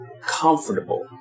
comfortable